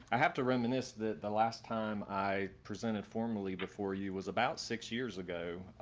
i have to reminisce that the last time i presented formally before you was about six years ago,